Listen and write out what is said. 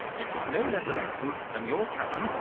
it was no less a person than your cousin,